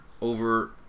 over